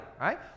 right